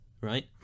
right